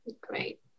great